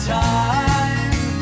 time